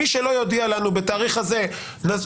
מי שלא יודיע לנו בתאריך הזה, אז ---.